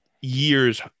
years